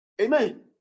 Amen